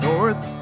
North